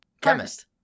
Chemist